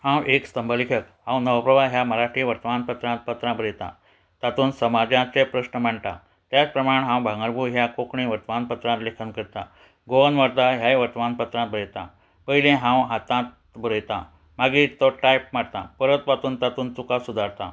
हांव एक स्तंभ लेखक हांव नवप्रभा ह्या मराठी वर्तमानपत्रांत पत्रां बरयतां तातूंत समाजाचे प्रस्न मांडटा त्याच प्रमाण हांव भांगरभूय ह्या कोंकणी वर्तमान पत्रान लेखन करतां गोवन वार्ता ह्याय वर्तमान पत्रांत बरयता पयलीं हांव हातांत बरयतां मागीर तो टायप मारता परत वाचून तातूंन चुका सुदारता